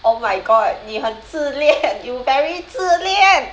oh my god 你很自恋 you very 自恋